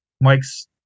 Mike's